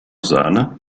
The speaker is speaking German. sahne